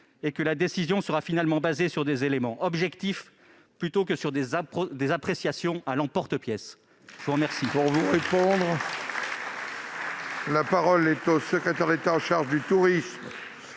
et que la décision sera finalement fondée sur des éléments objectifs plutôt que sur des appréciations à l'emporte-pièce ? La parole